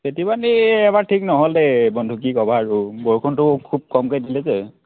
খেতি বাতি এইবাৰ ঠিক নহ'ল দেই বন্ধু কি ক'বা আৰু বৰষুণটো খুব কমকৈ দিলে যে